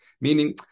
Meaning